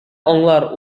аңлар